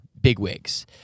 bigwigs